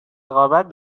رقابت